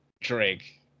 Drake